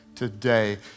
Today